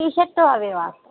tea shirts అవి లేవా